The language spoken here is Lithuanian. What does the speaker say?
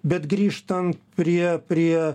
bet grįžtant prie prie